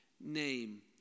name